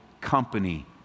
company